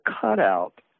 cutout